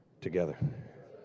together